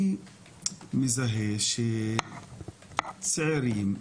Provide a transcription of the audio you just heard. אני מזהה שצעירים,